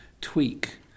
tweak